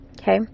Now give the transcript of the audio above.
Okay